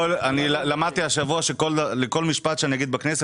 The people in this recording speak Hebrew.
למדתי השבוע שלכל משפט שאני אומר בכנסת,